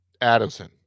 Addison